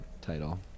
title